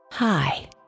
Hi